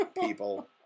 people